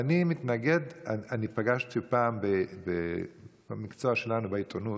פעם במקצוע שלנו, בעיתונות,